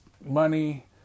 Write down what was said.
money